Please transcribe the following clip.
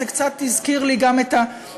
שזה קצת הזכיר לי גם את הדיון,